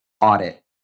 audit